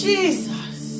Jesus